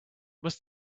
must